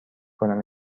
کنم